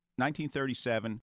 1937